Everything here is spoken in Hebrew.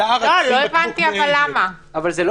אבל לא הבנתי למה.